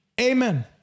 amen